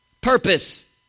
purpose